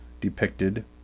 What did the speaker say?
depicted